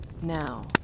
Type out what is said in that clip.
Now